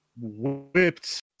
whipped